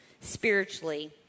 spiritually